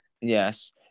yes